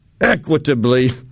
equitably